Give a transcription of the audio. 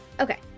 Okay